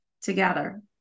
together